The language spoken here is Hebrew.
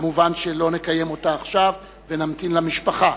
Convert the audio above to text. כמובן שלא נקיים אותה עכשיו ונמתין למשפחה.